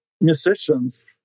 musicians